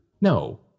No